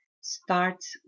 starts